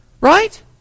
Right